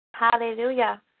Hallelujah